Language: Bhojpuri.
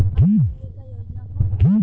अन्न देवे क योजना हव